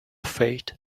fate